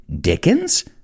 dickens